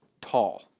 tall